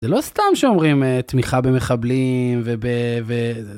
זה לא סתם שאומרים תמיכה במחבלים ובזה.